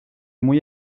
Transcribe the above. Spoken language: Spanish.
muy